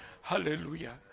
Hallelujah